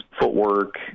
footwork